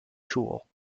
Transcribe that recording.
tool